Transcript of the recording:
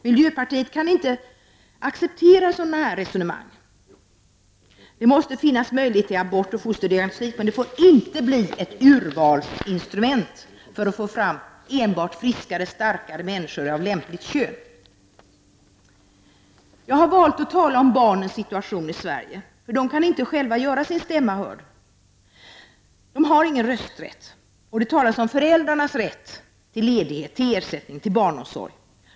Miljöpartiet kan inte acceptera sådana resonemang. Det måste finnas möjlighet till abort och fosterdiagnostik, men det får inte bli ett urvalsinstrument för att få fram enbart friskare, starkare människor av lämpligt kön. Jag har valt att tala om barnens situation i Sverige, för de kan inte själva göra sin stämma hörd, de har ju ingen rösträtt. Det talas om föräldrarnas rätt till ledighet, till ersättning och barnomsorg.